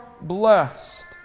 blessed